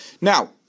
Now